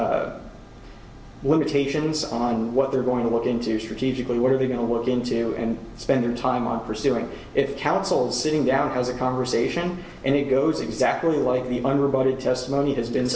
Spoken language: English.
some limitations on what they're going to look into strategically what are they going to walk into and spend their time on pursuing if counsel sitting down has a conversation and it goes exactly like the underbody testimony has been